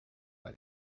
why